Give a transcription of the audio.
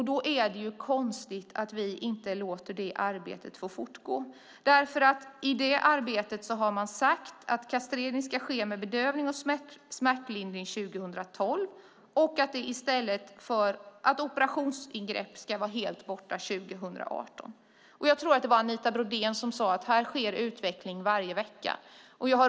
Då är det konstigt att vi inte låter det arbetet fortgå, för i det arbetet har man sagt att kastrering ska ske med bedövning och smärtlindring - att gälla från år 2012 - och att operationsingrepp ska vara helt borta år 2018. Jag tror att det var Anita Brodén som sade att här sker en utveckling varje vecka.